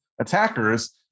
attackers